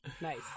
Nice